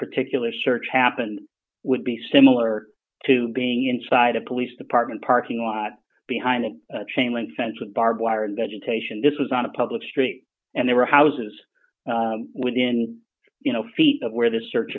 particular search happened would be similar to being inside a police department parking lot behind a chain link fence with barbed wire and vegetation this was on a public street and there were houses within you know feet of where the search